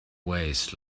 ways